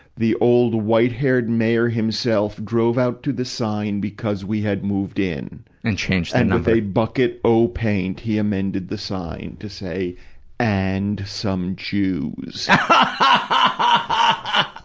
the old white-haired mayor himself, drove out to the sign because we had moved in. and changed that number. and with a bucket o' paint, he amended the sign to say and some jews. ah